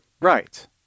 right